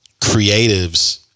creatives